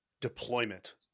deployment